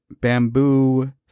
bamboo